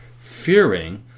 fearing